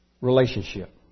relationship